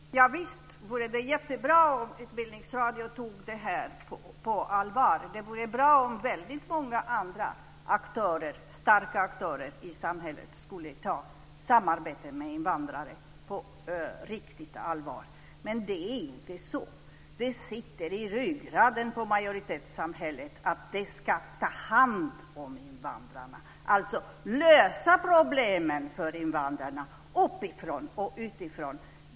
Fru talman! Ja visst vore det jättebra om Utbildningsradion tog det här på allvar. Det vore bra om väldigt många andra starka aktörer i samhället tog samarbete med invandrare på riktigt allvar, men det är inte så. Det sitter i ryggraden på majoritetssamhället att man ska ta hand om invandrarna, alltså att man ska lösa problemen för invandrarna uppifrån och utifrån.